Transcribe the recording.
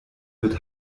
wird